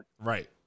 right